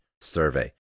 survey